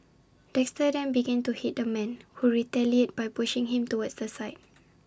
Dexter then began to hit the man who retaliated by pushing him towards the side